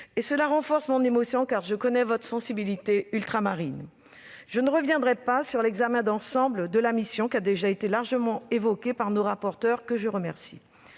Cela renforce mon émotion, car je connais votre sensibilité ultramarine. Je ne reviendrai pas sur l'examen d'ensemble de la mission, qui a déjà été largement évoqué par nos rapporteurs, que je remercie.